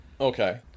Okay